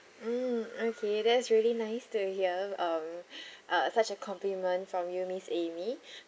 mm okay that's really nice to hear um uh such a compliment from you miss amy